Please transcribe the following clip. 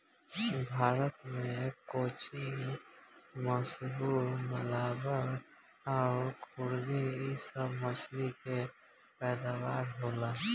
भारत मे कोचीन, मैसूर, मलाबार अउर कुर्ग इ सभ मछली के पैदावार होला